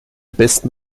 besten